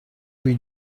rue